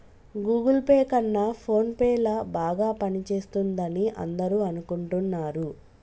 Google Pay కన్నా PhonePe ల బాగా పనిచేస్తుందని అందరూ అనుకుంటున్నారు